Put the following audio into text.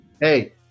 Hey